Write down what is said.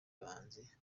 bahanzi